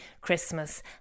Christmas